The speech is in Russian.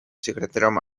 секретарем